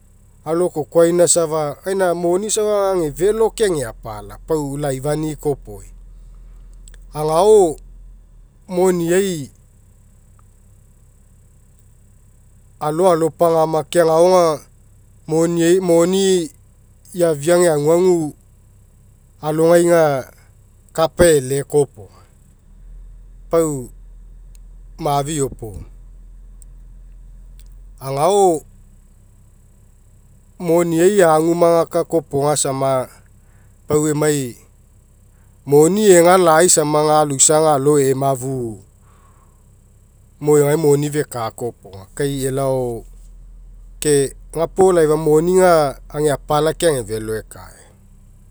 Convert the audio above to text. Alokokoaina safa gaina moni safa ega felo ke ega apala pau laifani'i koa iopoga. Agao moniai aloalopagama ke agao aga moniai moni eafia ega aguagu alogai aga kapa e'ele kopoga. Pau mafiopo agao moniai eagu magaka kopoga sama pau emai moni ega lai sama aloisa aga alo emafu mo egae moni feka koa iopoga kai elao ke gapuo gai laifa moni aga ega apala ke ega felo ekae.